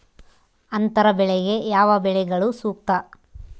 ಅಂತರ ಬೆಳೆಗೆ ಯಾವ ಬೆಳೆಗಳು ಸೂಕ್ತ?